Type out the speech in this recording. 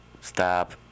Stop